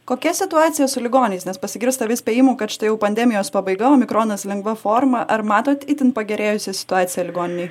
kokia situacija su ligoniais nes pasigirsta vis spėjimų kad štai jau pandemijos pabaiga omikronas lengva forma ar matot itin pagerėjusią situaciją ligoninėj